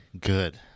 good